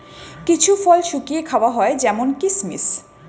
কিছু ফল শুকিয়ে খাওয়া হয় যেমন কিসমিস